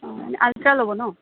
অঁ আলট্ৰা ল'ব ন